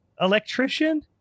electrician